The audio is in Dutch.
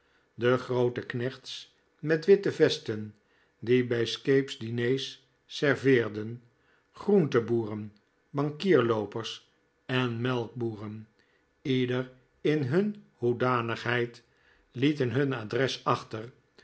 de groote knechts met witte vesten die bij scape's diners serveerden groenteboeren bankierloopers en melkboeren ieder in hun hoedanigheid lieten hun adres achter